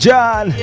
John